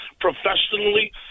professionally